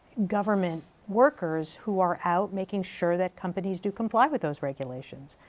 government workers who are out making sure that companies do comply with those regulations.